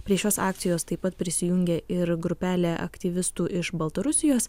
prie šios akcijos taip pat prisijungė ir grupelė aktyvistų iš baltarusijos